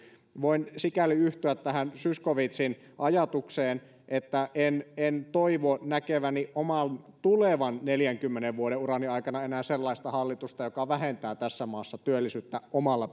voin sikäli yhtyä tähän zyskowiczin ajatukseen että en en toivo näkeväni oman tulevan neljänkymmenen vuoden urani aikana enää sellaista hallitusta joka vähentää tässä maassa työllisyyttä omalla